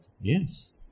Yes